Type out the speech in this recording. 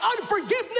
unforgiveness